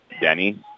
Denny